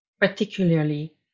particularly